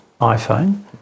iPhone